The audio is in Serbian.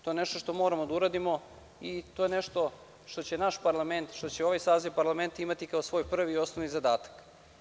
To je nešto što moramo da uradimo i to je nešto što će naš parlament, što će ovaj saziv parlamenta imati kao svoj prvi i osnovni zadatak.